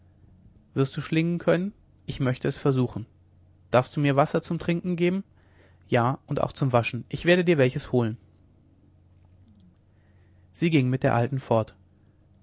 wirst du schlingen können ich möchte es versuchen darfst du mir wasser zum trinken geben ja und auch zum waschen ich werde dir welches holen sie ging mit der alten fort